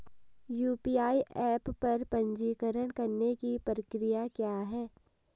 UPI app पर पंजीकरण करने की प्रक्रिया क्या है?